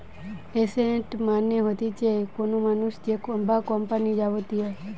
asset মানে হতিছে কোনো মানুষ বা কোম্পানির যাবতীয়